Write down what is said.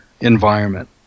environment